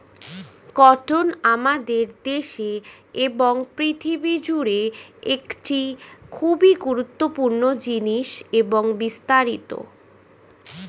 cotton আমাদের দেশে এবং পৃথিবী জুড়ে একটি খুবই গুরুত্বপূর্ণ জিনিস এবং বিস্তারিত